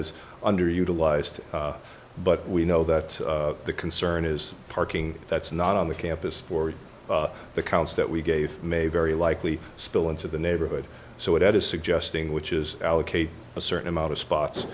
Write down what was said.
is underutilized but we know that the concern is parking that's not on the campus for the counts that we gave may very likely spill into the neighborhood so it is suggesting which is allocate a certain amount of spots